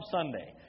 Sunday